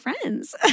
friends